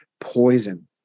poison